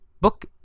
Book